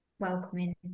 welcoming